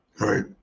right